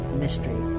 mystery